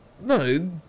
No